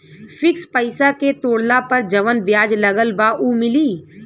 Fix पैसा के तोड़ला पर जवन ब्याज लगल बा उ मिली?